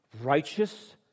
righteous